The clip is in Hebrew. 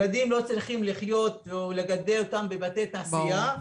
ילדים לא צריך לגדל בבתי תעשייה.